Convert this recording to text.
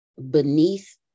beneath